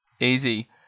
Easy